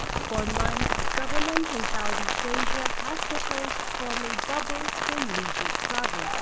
for months, governments in southeast asia have proposed forming bubbles for leisure travel.